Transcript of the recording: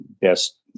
best